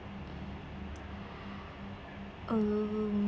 oh